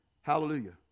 Hallelujah